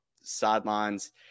sidelines